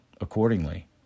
accordingly